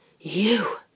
You